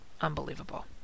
unbelievable